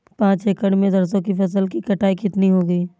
पांच एकड़ में सरसों की फसल की कटाई कितनी होगी?